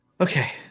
Okay